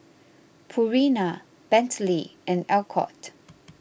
Purina Bentley and Alcott